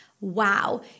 wow